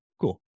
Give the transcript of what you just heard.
Cool